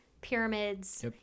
pyramids